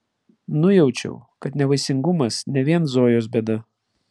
nujaučiau kad nevaisingumas ne vien zojos bėda